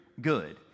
good